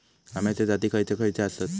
अम्याचे जाती खयचे खयचे आसत?